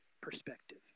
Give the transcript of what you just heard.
perspective